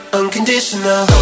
unconditional